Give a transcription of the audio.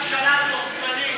זו הייתה ממשלה דורסנית.